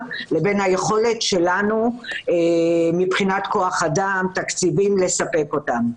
לבין היכולת שלנו לספק אותם מבחינת תקציבים וכוח אדם.